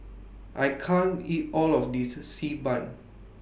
I can't eat All of This Xi Ban